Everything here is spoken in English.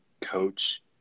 coach